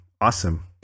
Awesome